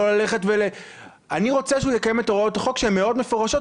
אני רוצה שהוא יקיים את הוראות החוק שהן מאוד מפורשות,